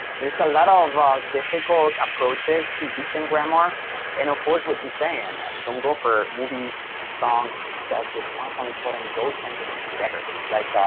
there is a lot of difficult approaches to teaching grammar. yeah and of course what you're saying, don't go for movies, songs, because they constantly putting those sentences together like,